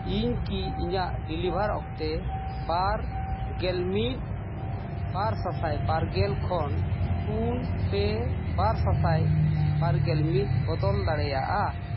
ᱤᱧ ᱠᱤ ᱤᱧᱟᱜ ᱰᱤᱞᱤᱵᱷᱟᱨ ᱚᱠᱛᱮ ᱵᱟᱨ ᱜᱮᱞ ᱢᱤᱫ ᱵᱟᱨ ᱥᱟᱥᱟᱭ ᱵᱟᱨᱜᱮᱞ ᱠᱷᱚᱱ ᱯᱩᱱ ᱯᱮ ᱵᱟᱨ ᱥᱟᱥᱟᱭ ᱵᱟᱨᱜᱮᱞ ᱢᱤᱫ ᱵᱚᱫᱚᱞ ᱫᱟᱲᱮᱭᱟᱜᱼᱟ